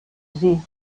sie